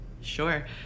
sure